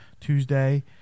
Tuesday